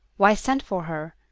why send for her?